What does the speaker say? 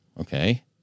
okay